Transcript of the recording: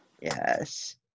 Yes